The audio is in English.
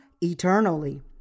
eternally